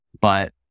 but-